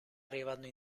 arrivando